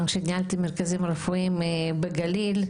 גם במרכזים רפואיים בגליל,